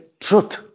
truth